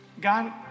God